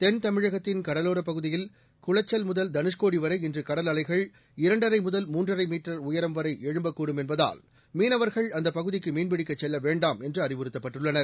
தென்தமிழகத்தின் கடலோரப் பகுதியில் குளச்சல் முதல் தனுஷ்கோடி வரை இன்று கடலலைகள் இரண்டரை முதல் மூன்றரை மீட்டர் உயரம் வரை எழும்பக்கூடும் என்பதால் மீனவர்கள் அந்தப் பகுதிக்கு மீன்பிடிக்கச் செல்ல வேண்டாம் என்று அறிவுறுத்தப்பட்டுள்ளனர்